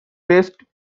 best